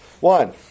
One